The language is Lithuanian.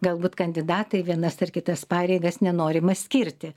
galbūt kandidatą į vienas ar kitas pareigas nenorima skirti